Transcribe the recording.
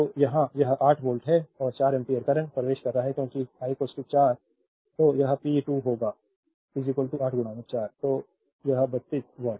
तो यहाँ यह 8 वोल्ट है और 4 एम्पियर करंट प्रवेश कर रहा है क्योंकि I 4 तो यह P2 होगा 8 4 तो 32 वाट